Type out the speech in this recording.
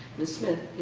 ms. smith